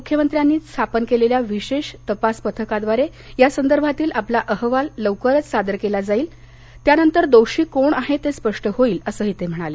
मुख्यमंत्र्यांनी स्थापन केलेलं विशेष तपास पथक या संदर्भातील आपला अहवाल लवकरच सदर करेल त्यानंतर दोषी कोण ते स्पष्ट होईल असंही ते म्हणाले